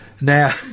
Now